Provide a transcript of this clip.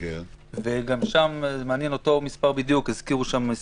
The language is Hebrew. וגם שם מעניין שהזכירו בדיוק את המס'